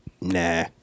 nah